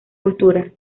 cultura